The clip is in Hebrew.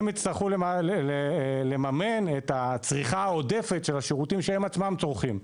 הם יצטרכו לממן את הצריכה העודפת של השירותים שהם עצמם צורכים.